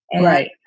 Right